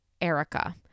Erica